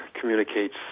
communicates